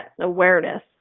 awareness